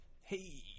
hey